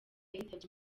yitabye